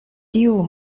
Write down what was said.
tiu